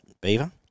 Beaver